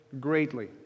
greatly